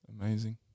Amazing